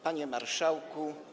Panie Marszałku!